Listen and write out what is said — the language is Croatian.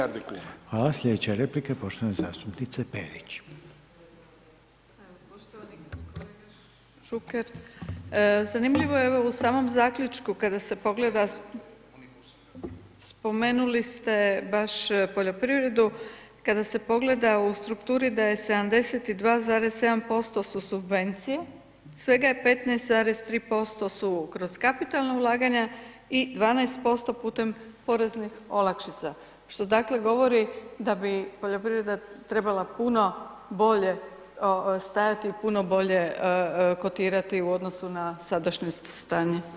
Poštovani kolega Šuker, zanimljivo je evo u samom zaključku kada se pogleda, spomenuli ste baš poljoprivredu, kada se pogleda u strukturi da je 72,7% su subvencije, svega je 15,3% su kroz kapitalna ulaganja i 12% putem poreznih olakšica, što dakle govori da bi poljoprivreda trebala puno bolje stajati i puno bolje kotirati u odnosu na sadašnje stanje.